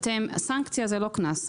סנקציה זה לא קנס,